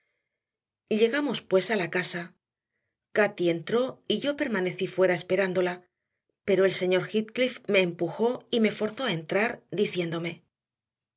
aumentaba llegamos pues a la casa cati entró y yo permanecí fuera esperándola pero el señor heathcliff me empujó y me forzó a entrar diciéndome